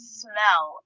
smell